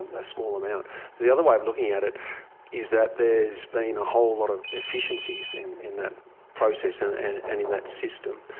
and a small amount the other way of looking at it is that there's been a whole lot of efficiencies in in that process and and and in that system.